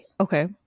Okay